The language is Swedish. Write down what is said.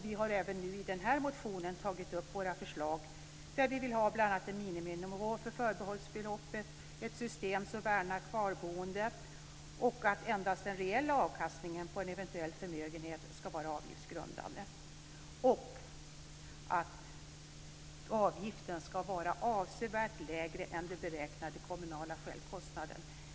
Vi har även i den här motionen tagit upp våra förslag. Vi vill bl.a. ha en miniminivå för förbehållsbeloppet och ett system som värnar kvarboende, och vi vill att endast den reella avkastningen på en eventuell förmögenhet ska vara avgiftsgrundande och att avgiften ska vara avsevärt lägre än den beräknade kommunala självkostnaden.